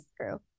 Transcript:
true